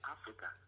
Africa